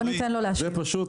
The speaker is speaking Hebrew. בוא ניתן לו להשלים, תודה.